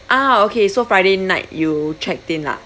ah okay so friday night you checked in lah